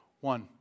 One